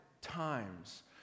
times